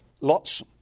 Lots